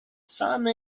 some